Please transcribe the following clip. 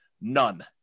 None